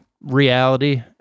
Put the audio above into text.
reality